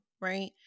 right